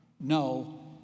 No